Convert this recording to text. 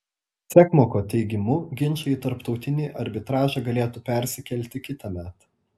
sekmoko teigimu ginčai į tarptautinį arbitražą galėtų persikelti kitąmet